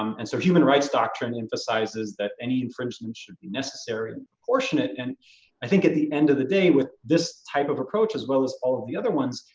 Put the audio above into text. um and so human rights doctrine emphasizes that any infringement should be necessary proportionate. and i think at the end of the day with this type of approach, as well as all of the other ones,